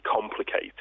complicated